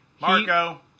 Marco